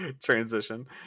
transition